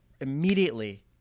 immediately